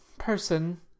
person